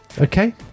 Okay